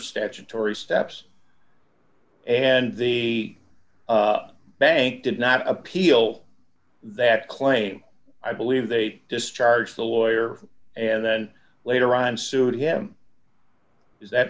statutory steps and the bank did not appeal that claim i believe they discharged the lawyer and then later on sued him is that